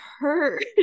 hurt